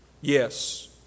yes